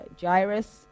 gyrus